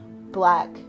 black